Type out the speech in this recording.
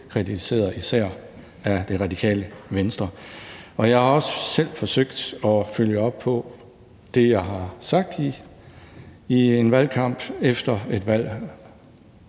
kritiseret, især af Det Radikale Venstre. Jeg har også selv forsøgt at følge op på det, jeg har sagt i en valgkamp, efter et valg,